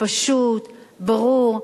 פשוט, ברור.